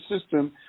system